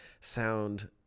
sound